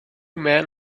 men